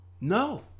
No